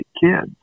kids